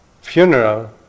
funeral